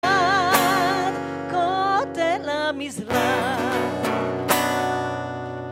כותל המזרח